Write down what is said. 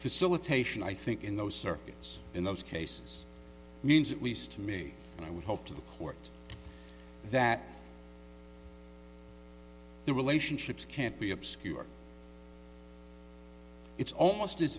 facilitation i think in those circuits in those cases means at least to me and i would hope to the courts that the relationships can't be obscure it's almost as